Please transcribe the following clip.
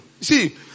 see